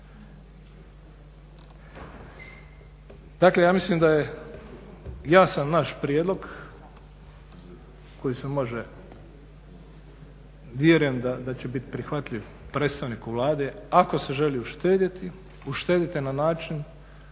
Dakle ja mislim da je jasan naš prijedlog koji se može vjerujem da će biti prihvatljiv predstavniku Vlade. Ako se želi uštediti uštedite na način